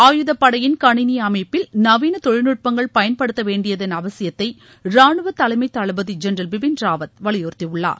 ஆயுதப்படையின் கணினி அமைப்பில் நவீன தொழில்நட்பங்கள் பயன்படுத்தவேண்டியதன் அவசியத்தை ராணுவ தலைமை தளபதி ஜென்ரல் பிபின் ராவத் வலியுறுத்தியுள்ளார்